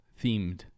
themed